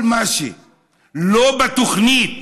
כל מה שלא בתוכנית